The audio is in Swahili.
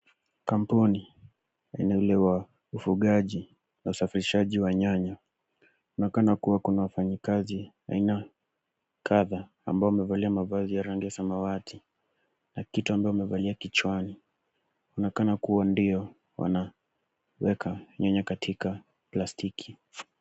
Kampuni inayo uvugaji na usafirisaji wa nyanya, kunaonekana kuwa na wafanyakazi aina kadha ambao wamevalia mavazi ya rangi samawati na kitu ambayo wamevalia kichwani. Kunaonekana kuwa ndio wanaweka nyanya katika plastiki.